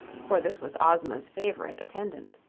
for this was ozma's favorite attendant.